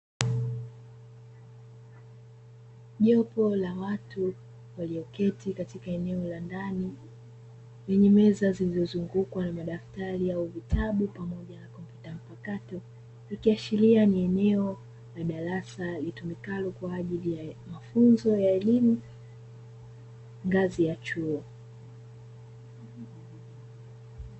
Jopo la watu walioketi katika eneo la ndani lenye meza zilizozungukwa na madaftari au vitabu, ikiashiria ni eneo la darasa litumikalo kwaajili ya mafunzo ya elimu ngazi ya chuo.